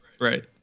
Right